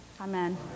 Amen